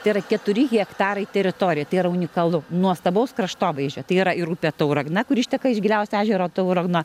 tai yra keturi hektarai teritorijų tai yra unikalu nuostabaus kraštovaizdžio tai yra ir upė tauragna kuri išteka iš giliausio ežero tauragno